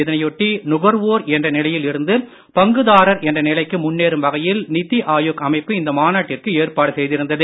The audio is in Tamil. இதனையொட்டி நுகர்வோர் என்ற நிலையில் இருந்து பங்குதாரர் என்ற நிலைக்கு முன்னேறும் வகையில் நிதி ஆயோக் அமைப்பு இந்த மாநாட்டிற்கு ஏற்பாடு செய்திருந்தது